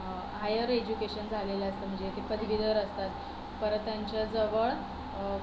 higher education झालेलं असतं म्हणजे ते पदवीधर असतात परत त्यांच्याजवळ